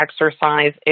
exercise